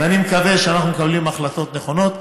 ואני מקווה שאנחנו מקבלים החלטות נכונות.